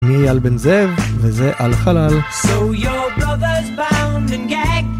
שמי אייל בן זאב, וזה על חלל.